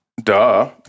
duh